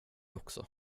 också